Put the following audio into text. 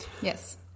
Yes